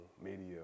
media